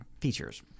features